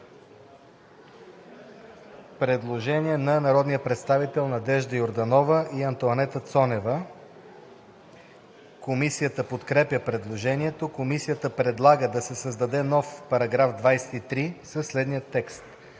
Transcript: Предложение на народните представители Надежда Йорданова и Антоанета Цонева. Комисията подкрепя предложението. Комисията предлага да се създаде нов § 23: „§ 23. В чл. 133, ал.